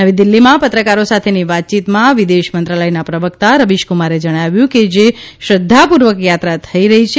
નવી દિલ્હીમા પત્રકારો સાથેની વાતચીતમા વિદેશ મંત્રાલયના પ્રવક્તા રવિશકુમારે જણાવ્યુ છે કે જે શ્રધ્ધાપૂર્વક યાત્રા થઇ રહી છે